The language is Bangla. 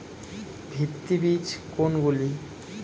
ভিত্তি বীজ কোনগুলি?